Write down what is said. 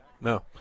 No